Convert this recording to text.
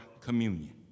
communion